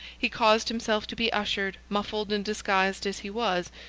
he caused himself to be ushered, muffled and disguised as he was,